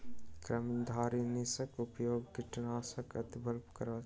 कवचधारीनाशक उपयोग अतिआवश्यक भेलहिपर करबाक चाहि